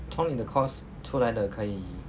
从你的 course 出来的可以